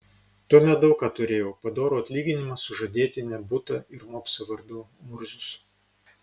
tuomet daug ką turėjau padorų atlyginimą sužadėtinę butą ir mopsą vardu murzius